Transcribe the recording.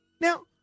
Now